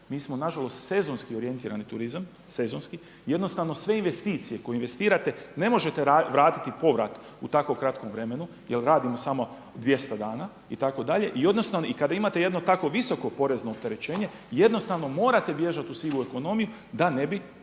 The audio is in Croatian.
Mi smo nažalost sezonski orijentirani turizam, jednostavno sve investicije koje investirate ne možete vratiti povrat u tako kratkom vremenu jer radimo samo 200 dana itd. i kada imate jedno tako visoko porezno opterećenje jednostavno morate bježati u sivu ekonomiju da ne bi